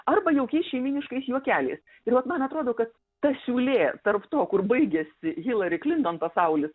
arba jaukiais šeimyniškais juokeliais ir vat man atrodo kad ta siūlė tarp to kur baigiasi hillary clinton pasaulis